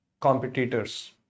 competitors